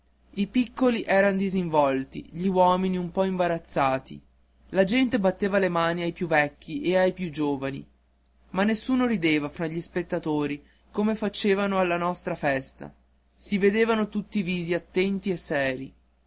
i piccoli eran disinvolti gli uomini un po imbarazzati la gente batteva le mani ai più vecchi e ai più giovani ma nessuno rideva tra gli spettatori come facevano alla nostra festa si vedevano tutti i visi attenti e seri